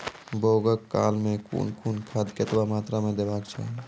बौगक काल मे कून कून खाद केतबा मात्राम देबाक चाही?